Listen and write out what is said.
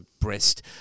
breast